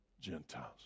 Gentiles